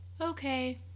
Okay